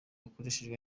ukoreshejwe